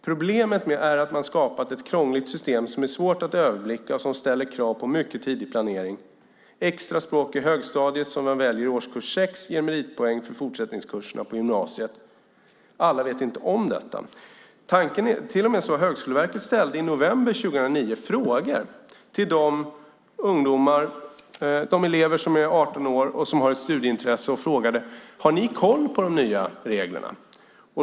Problemet är att man har skapat ett krångligt system som är svår att överblicka och som ställer krav på mycket tidig planering. Extra språk i högstadiet, som man väljer i årskurs 6, ger meritpoäng för fortsättningskurserna på gymnasiet. Alla vet inte om detta. I november 2009 frågade Högskoleverket 18-åriga elever med studieintresse om de hade koll på de nya reglerna.